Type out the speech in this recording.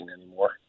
anymore